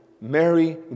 Mary